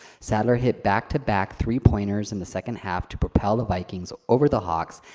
sadler hit back to back three-pointers in the second half to propel the vikings over the hawks,